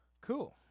Cool